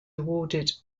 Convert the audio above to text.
awarded